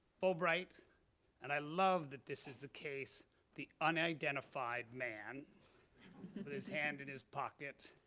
fulbright and i love that this is the case the unidentified man with his hand in his pocket.